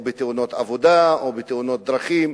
בתאונות עבודה או בתאונות דרכים,